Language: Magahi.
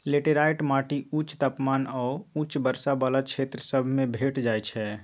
लेटराइट माटि उच्च तापमान आऽ उच्च वर्षा वला क्षेत्र सभ में भेंट जाइ छै